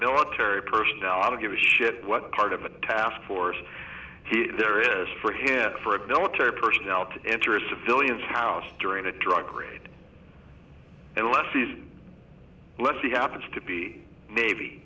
military personnel to give a shit what part of a task force there is for him for a military personnel to enter a civilian house during a drug raid unless he lets the happens to be maybe